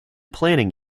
planning